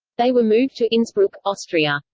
they were moved to innsbruck, austria.